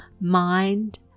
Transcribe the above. mind